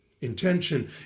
Intention